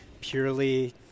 purely